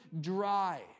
dry